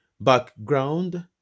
background